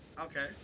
Okay